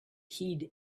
heed